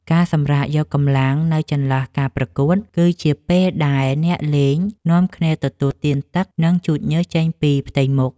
ការសម្រាកយកកម្លាំងនៅចន្លោះការប្រកួត គឺជាពេលដែលអ្នកលេងនាំគ្នាទទួលទានទឹក និងជូតញើសចេញពីផ្ទៃមុខ។